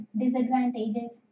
disadvantages